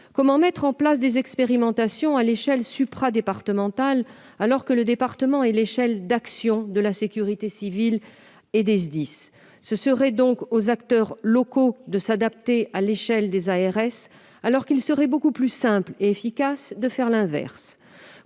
Comment mettre en place des expérimentations à l'échelle supradépartementale, alors que le département est l'échelle d'action de la sécurité civile et des SDIS ? Ce serait donc aux acteurs locaux de s'adapter à l'échelle des ARS, alors qu'il serait beaucoup plus simple et efficace de faire l'inverse